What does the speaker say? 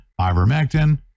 ivermectin